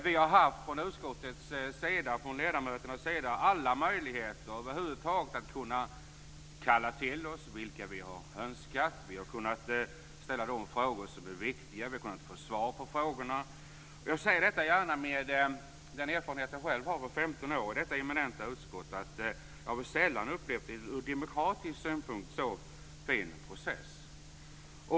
Vi ledamöter i utskottet har haft alla möjligheter över huvud taget att kalla till oss dem som vi har önskat. Vi har kunnat ställa de frågor som är viktiga och kunnat få svar på frågorna. Jag säger gärna, med den erfarenhet som jag själv har från 15 år i detta eminenta utskott, att jag sällan har upplevt en ur demokratisk synpunkt så fin process.